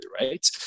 right